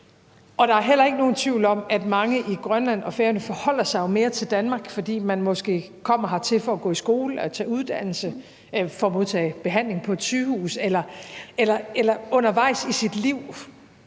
Der er heller ikke nogen tvivl om, at mange i Grønland og Færøerne jo forholder sig til Danmark, fordi man måske kommer hertil for at gå i skole, tage uddannelse, for at modtage behandling på et sygehus eller undervejs i sit liv